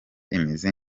imizi